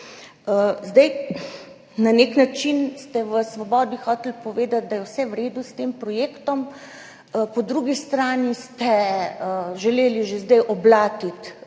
Na nek način ste v Svobodi hoteli povedati, da je vse v redu s tem projektom, po drugi strani ste želeli že zdaj oblatiti